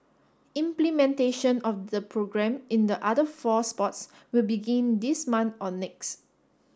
implementation of the programme in the other four sports will begin this month or next